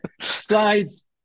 Slides